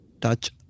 touch